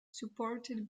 supported